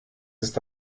ist